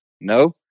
No